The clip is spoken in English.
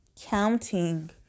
Counting